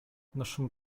naszą